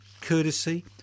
courtesy